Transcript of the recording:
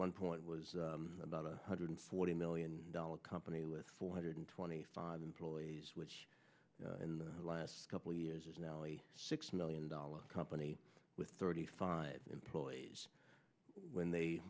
one point was about a hundred forty million dollars company with four hundred twenty five employees which in the last couple of years is now only six million dollars company with thirty five employees when they